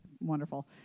Wonderful